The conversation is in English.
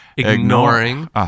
ignoring